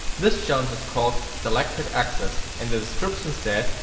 this challenge is called selected access and the description says,